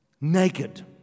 Naked